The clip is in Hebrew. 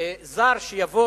זר שיבוא